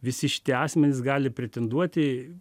visi šitie asmenys gali pretenduoti